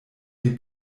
die